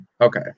Okay